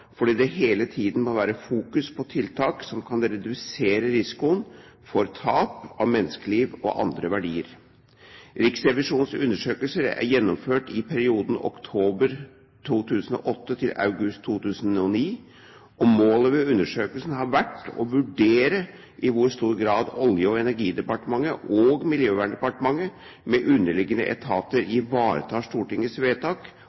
fordi det hele tiden må fokuseres på tiltak som kan redusere risikoen for tap av menneskeliv og andre verdier. Riksrevisjonens undersøkelse er gjennomført i perioden oktober 2008–august 2009, og målet med undersøkelsen har vært å vurdere i hvor stor grad Olje- og energidepartementet og Miljøverndepartementet med underliggende etater ivaretar Stortingets vedtak,